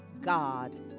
God